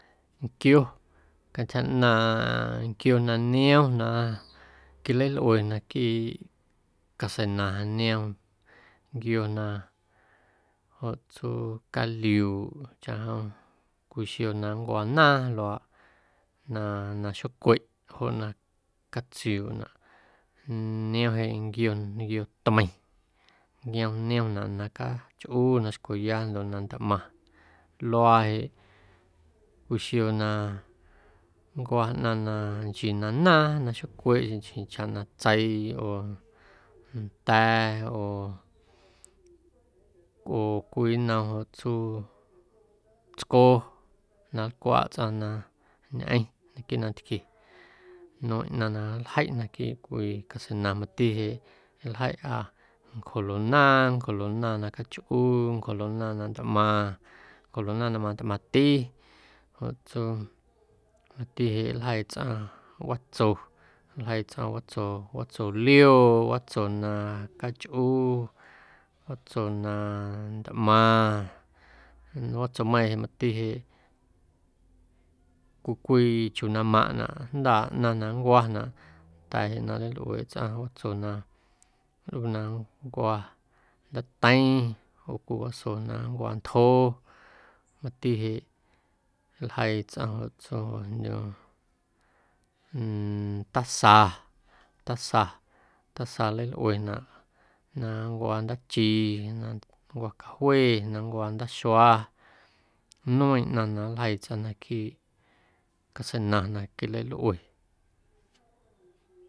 Nquio cantyja ꞌnaaⁿ nquio na niom na quilalꞌue naquiiꞌ caseina na niom nquio na joꞌ tsuu caliuuꞌ chaꞌjom cwii xio na nncwo̱ naaⁿ luaaꞌ na na xocweꞌ joꞌ na catsiuuꞌnaꞌ niom jeꞌ nquio nquiotmeiⁿ yom niomnaꞌ na cachꞌunaꞌ na xcweya ndoꞌ na ntꞌmaⁿ luaa jeꞌ cwii xio na nncwa ꞌnaⁿ na nchii na naaⁿ na xocweꞌ xeⁿ nchii chaꞌ na tseiꞌ oo nda̱ oo oo cwii nnom joꞌ tsuu tsco na nlcwaꞌ tsꞌaⁿ na ñꞌeⁿ naquiiꞌ nantquie nueⁿꞌ ꞌnaⁿ na nljeiꞌ naquiiꞌ cwii caseina mati jeꞌ ljeiꞌa ncjoluaꞌnaaⁿ, ncjoluaꞌnaaⁿ na cachꞌu, ncjoluaꞌnaaⁿ na ntꞌmaⁿ, ncjoluaꞌnaaⁿ na mantꞌmaⁿti joꞌ tsuu mati jeꞌ nljeii tsꞌaⁿ watso, nljeii tsꞌaⁿ watso, watso lioo, watso na cachꞌu, watso na ntꞌmaⁿ, watsomeiiⁿ jeꞌ mati jeꞌ cwii cwii chuu na maⁿꞌnaꞌ jndaaꞌ ꞌnaⁿ na nncwanaꞌ nnda̱a̱ jeꞌ na nlalꞌueeꞌe tsꞌaⁿ na nlꞌuu na nncwa ndaateiⁿ oo cwii waso na nncwo̱ ntjo mati jeꞌ nljeii tsꞌaⁿ joꞌ tsuu joꞌjndyu taza, taza, taza nleilꞌuenaꞌ na nncwa ndaachi na nncwa cajue na nncwa ndaaxua nueeⁿ ꞌnaⁿ na nljeii tsꞌaⁿ naquiiꞌ caseina na quilalꞌue.